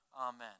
Amen